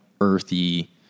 earthy